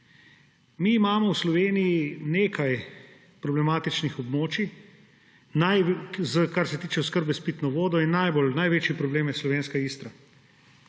Mi imamo v Sloveniji nekaj problematični območij, kar se tiče oskrbe s pitno vodo, in največji problem je slovenska Istra;